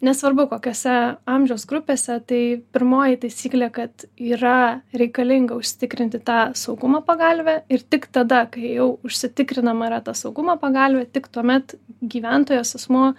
nesvarbu kokiose amžiaus grupėse tai pirmoji taisyklė kad yra reikalinga užsitikrinti tą saugumo pagalvę ir tik tada kai jau užsitikrinama yra ta saugumo pagalvė tik tuomet gyventojas asmuo